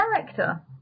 character